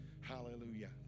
Hallelujah